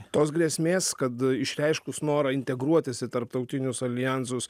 tos grėsmės kad išreiškus norą integruotis į tarptautinius aljansus